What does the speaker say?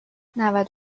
نود